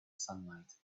sunlight